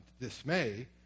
dismay